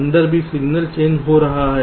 अंदर भी signal change हो रहे हैं